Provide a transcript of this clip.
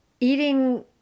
eating